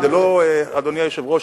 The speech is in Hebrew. אדוני היושב-ראש,